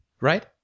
right